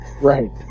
Right